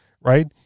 right